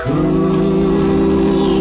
Cool